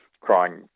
crying